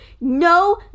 no